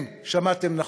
כן, שמעתם נכון.